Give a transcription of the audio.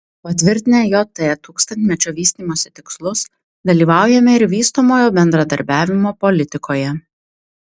patvirtinę jt tūkstantmečio vystymosi tikslus dalyvaujame ir vystomojo bendradarbiavimo politikoje